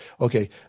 okay